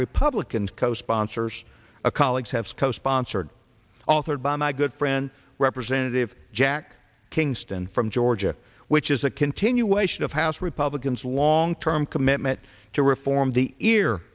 republicans co sponsors a colleagues have co sponsored authored by my good friend representative jack kingston from georgia which is a continuation of house republicans long term commitment to reform the ear